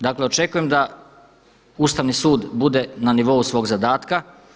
Dakle, očekujem da Ustavni sud bude na nivou svog zadatka.